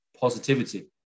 positivity